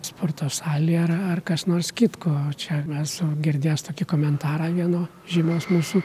sporto salė ar ar kas nors kitko čia esu girdėjęs tokį komentarą vieno žymaus mūsų